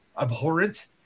abhorrent